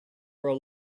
were